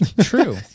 true